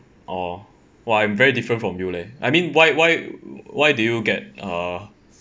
orh !wah! I'm very different from you leh I mean why why why did you get uh